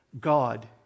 God